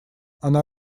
она